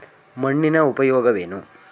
ಮಣ್ಣಿನ ಉಪಯೋಗವೇನು?